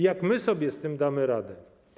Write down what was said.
Jak my sobie z tym damy radę?